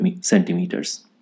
centimeters